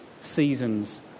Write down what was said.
seasons